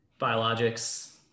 biologics